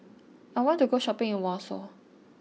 I want to go shopping in Warsaw